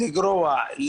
לגרוע,